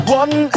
one